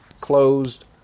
closed